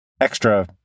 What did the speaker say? extra